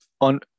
on